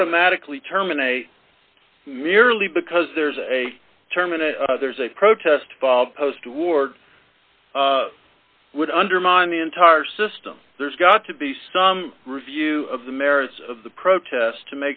automatically terminate merely because there's a terminal there's a protest post war would undermine the entire system there's got to be some review of the merits of the protest to